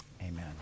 Amen